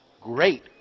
great